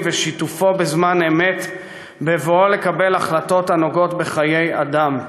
ושיתופו בזמן אמת בבואו לקבל החלטות הנוגעות בחיי אדם,